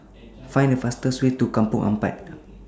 Find The fastest Way to Kampong Ampat